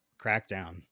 crackdown